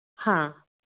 हाँ